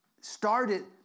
started